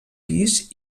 pis